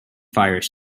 fire